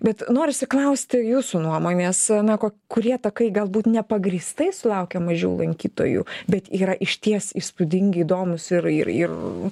bet norisi klausti jūsų nuomonės na ko kurie takai galbūt nepagrįstai sulaukia mažiau lankytojų bet yra išties įspūdingi įdomūs ir ir ir